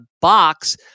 box